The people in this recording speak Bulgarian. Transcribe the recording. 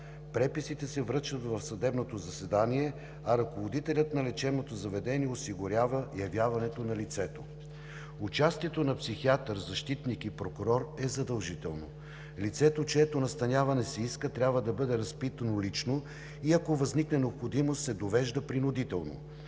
Преписите се връчват в съдебното заседание, а ръководителят на лечебното заведение осигурява явяването на лицето. Участието на психиатър, защитник и прокурор е задължително. Лицето, чието настаняване се иска, трябва да бъде разпитано лично и ако възникне необходимост, се довежда принудително.